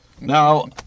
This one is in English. Now